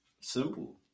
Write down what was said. Simple